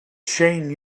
shane